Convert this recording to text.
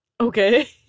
Okay